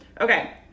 Okay